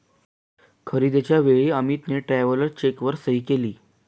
खरेदीच्या वेळी अमितने ट्रॅव्हलर चेकवर सही केली